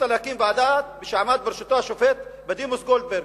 החליטה להקים ועדה שעמד בראשותה השופט בדימוס גולדברג,